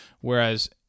whereas